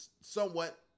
somewhat